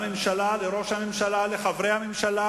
המסכות